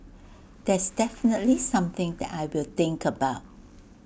that's definitely something that I will think about